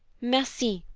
merci,